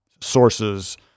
sources